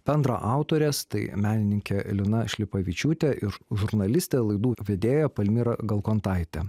bendraautorės tai menininkė lina šlepavičiūtė ir žurnalistė laidų vedėja palmira galkontaitė